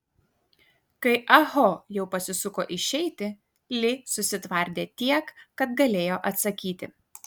kai ah ho jau pasisuko išeiti li susitvardė tiek kad galėjo atsakyti